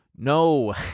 No